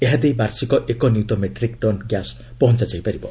ଏହା ଦେଇ ବାର୍ଷିକ ଏକ ନିୟୁତ ମେଟ୍ରିକ୍ ଟନ୍ ଗ୍ୟାସ୍ ପହଞ୍ଚାଯାଇ ପାରିବ